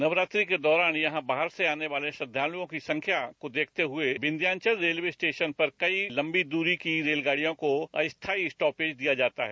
नवरात्रि के दौरान यहां बाहर से आने वाले श्रद्वालुओं की संख्या को देखते हुए विंध्याचल रेलवे स्टेशन पर कई लंबी दूरी की रेलगाड़ियों को अस्थायी स्टॉपेज दिया जाता है